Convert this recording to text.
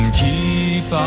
keep